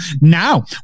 now